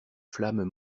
flammes